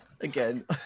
Again